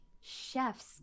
Chef's